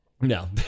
No